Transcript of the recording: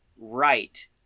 right